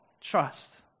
trust